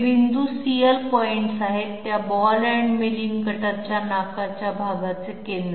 हे बिंदू CL points आहेत त्या बॉल एंड मिलिंग कटरच्या नाकाच्या भागाचे केंद्र